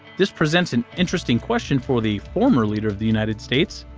this presents an interesting question for the former leader of the united states,